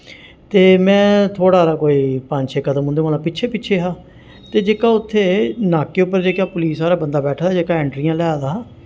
ते में थोह्ड़ा हारा कोई पंज छे कदम उं'दे कोला पिच्छे पिच्छे हा ते जेह्का उत्थें नाके उप्पर जेह्का पुलिस आह्ला बंदा बैठे दा जेह्का एंट्रियां लै दा हा